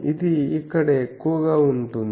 ఇది ఇక్కడ ఎక్కువగా ఉంటుంది